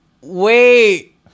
Wait